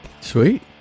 Sweet